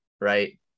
right